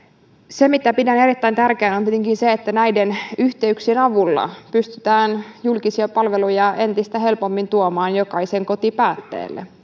se mitä pidän erittäin tärkeänä on kuitenkin se että näiden yhteyksien avulla pystytään julkisia palveluja entistä helpommin tuomaan jokaisen kotipäätteelle